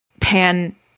Pan